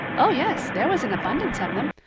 oh, yes, there was an abundance of them.